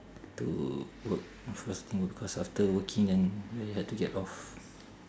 to work first thing because after working then very hard to get off